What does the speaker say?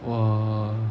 !wah!